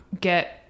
get